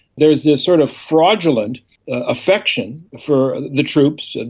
there's this sort of fraudulent affection for the troops. and